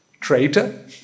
Traitor